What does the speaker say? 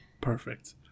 Perfect